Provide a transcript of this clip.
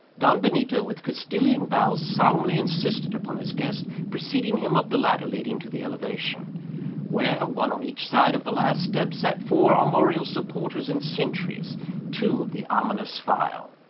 don benito, with castilian bows, solemnly insisted upon his guest's preceding him up the ladder leading to the elevation where, one on each side of the last step, sat for armorial supporters and sentries two of the ominous file.